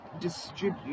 distribute